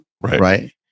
Right